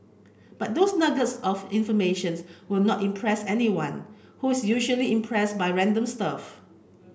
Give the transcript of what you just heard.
but those nuggets of information's will not impress anyone who is usually impressed by random stuff